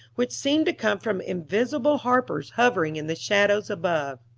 which seemed to come from invisible harpers hovering in the shadows above.